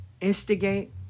instigate